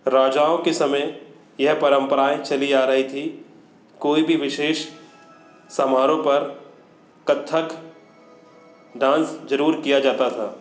राजाओं के समय यह परम्पराएँ चली आ रही थी कोई भी विशेष समारोह पर कत्थक डांस ज़रूर किया जाता था